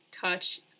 touch